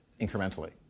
incrementally